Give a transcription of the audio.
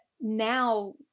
now